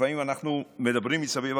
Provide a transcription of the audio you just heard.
לפעמים אנחנו מדברים מסביב,